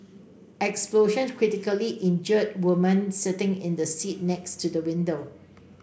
explosion critically injured woman sitting in the seat next to the window